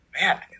Man